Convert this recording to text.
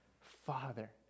Father